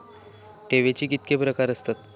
ठेवीचे कितके प्रकार आसत?